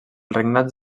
regnats